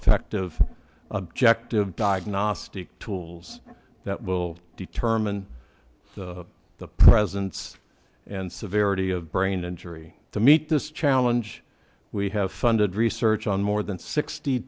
effective objective diagnostic tools that will determine the presence and severity of brain injury to meet this challenge we have funded research on more than sixty